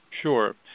Sure